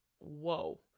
whoa